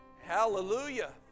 Hallelujah